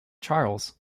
charles